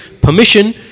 permission